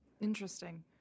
Interesting